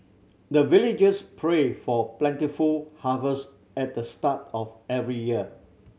the villagers pray for plentiful harvest at the start of every year